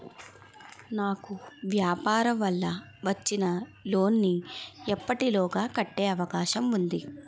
నాకు వ్యాపార వల్ల వచ్చిన లోన్ నీ ఎప్పటిలోగా కట్టే అవకాశం ఉంది?